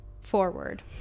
forward